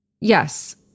yes